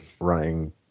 running